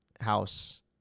house